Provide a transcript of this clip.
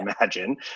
imagine